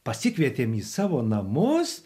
pasikvietėme į savo namus